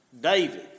David